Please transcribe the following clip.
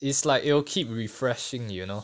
it's like it'll keep refreshing you know